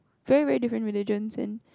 very very different religions and